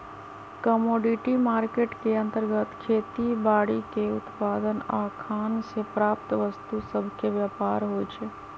commodity market के अंतर्गत खेती बाड़ीके उत्पाद आऽ खान से प्राप्त वस्तु सभके व्यापार होइ छइ